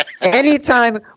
Anytime